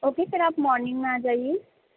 okay پھر آپ morning میں آ جائیے